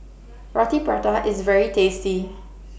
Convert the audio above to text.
Rroti Prata IS very tasty